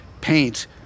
paint